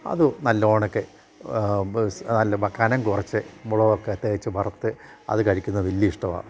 അത് നല്ല വണ്ണമൊക്കെ നല്ല ബ കനം കുറച്ച് മുളകൊക്കെ തേച്ച് വറുത്ത് അത് കഴിക്കുന്നത് വലിയ ഇഷ്ടമാണ്